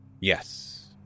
Yes